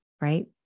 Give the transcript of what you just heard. right